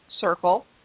circle